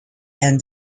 and